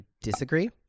disagree